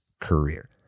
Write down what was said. career